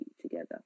together